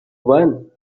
one